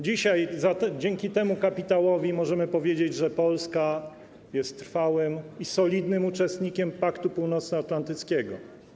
Dzisiaj dzięki temu kapitałowi możemy powiedzieć, że Polska jest trwałym i solidnym uczestnikiem Paktu Północnoatlantyckiego.